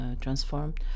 transformed